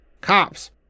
Cops